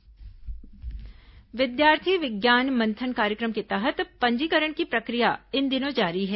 विद्यार्थी विज्ञान मंथन विद्यार्थी विज्ञान मंथन कार्यक्रम के तहत पंजीकरण की प्रक्रिया इन दिनों जारी है